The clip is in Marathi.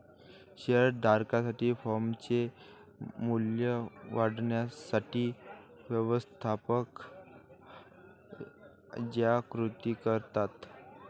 शेअर धारकांसाठी फर्मचे मूल्य वाढवण्यासाठी व्यवस्थापक ज्या कृती करतात